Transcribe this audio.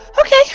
Okay